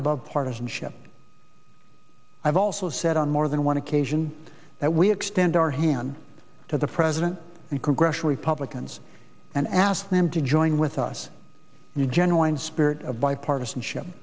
above partisanship i've also said on more than one occasion that we extend our hand to the president and congressional republicans and ask them to join with us genuine spirit of bipartisanship